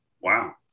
Wow